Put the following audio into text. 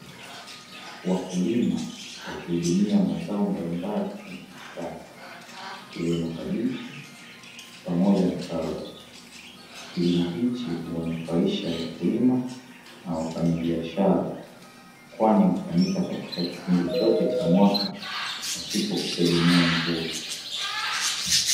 Wakulima wakihudumia mazao mbalimbali kwenye bustani, ikiwemo kabichi pamoja na karoti. Kilimo hichi huwanufaisha wakulima, na wafanyabiashara, kwani hufanyika katika kipindi chote cha mwaka pasipo kutegemea mvua.